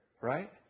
right